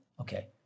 Okay